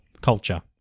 culture